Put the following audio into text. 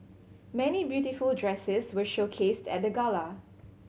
many beautiful dresses were showcased at the gala